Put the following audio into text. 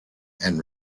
and